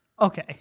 Okay